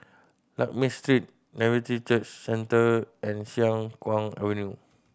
Lakme Street Nativity Church Centre and Siang Kuang Avenue